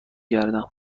گردم